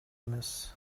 эмес